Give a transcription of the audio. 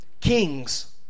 Kings